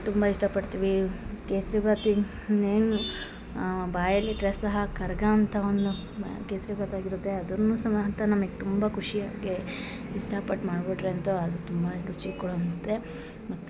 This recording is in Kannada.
ತುಂಬ ಇಷ್ಟ ಪಡ್ತೀವಿ ಕೇಸ್ರಿಬಾತು ಇನ್ನೇನು ಬಾಯಲ್ಲಿ ಇಟ್ಟರೆ ಸಹ ಕರ್ಗ ಅಂತ ಒಂದು ಮಾ ಕೇಸ್ರಿಬಾತು ಆಗಿರುತ್ತೆ ಅದನ್ನು ಸಮಾತ ನಮಗೆ ತುಂಬ ಖುಷಿಯಾಗೆ ಇಷ್ಟಪಟ್ಟು ಮಾಡ್ಬಿಟ್ಟರೆ ಅಂತು ಅದು ತುಂಬಾನೆ ರುಚಿ ಕೊಡಂತೆ ಮತ್ತು